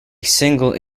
single